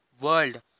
world